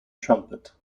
trumpet